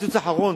הקיצוץ האחרון,